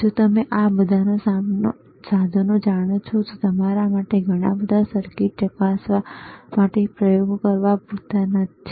જો તમે આ બધા સાધનો જાણો છો તો તમારા માટે ઘણા બધા સર્કિટ ચકાસવા માટે ઘણા પ્રયોગો કરવા પૂરતા છે